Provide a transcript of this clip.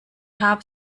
hab